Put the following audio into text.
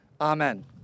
Amen